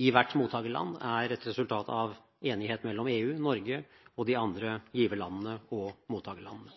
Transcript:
i hvert mottakerland er et resultat av enighet mellom EU, Norge og de andre giverlandene og mottakerlandene.